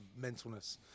mentalness